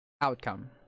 Outcome